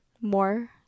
more